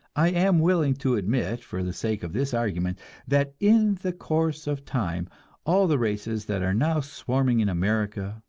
i am willing to admit for the sake of this argument that in the course of time all the races that are now swarming in america,